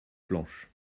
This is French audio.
planches